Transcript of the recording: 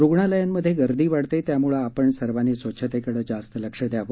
रुग्णालयांमध्ये गर्दी वाढते त्यामुळे आपण सर्वांनी स्वच्छतेकडे जास्त लक्ष द्यावे